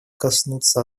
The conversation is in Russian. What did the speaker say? коснуться